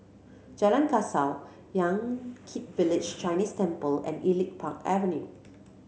Jalan Kasau Yan Kit Village Chinese Temple and Elite Park Avenue